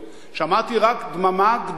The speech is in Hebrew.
שמעתי רק דממה גדולה.